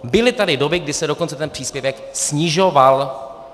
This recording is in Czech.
Byly tady doby, kdy se dokonce ten příspěvek snižoval!